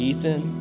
Ethan